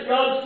God